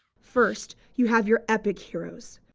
first, you have your epic heroes.